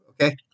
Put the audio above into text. okay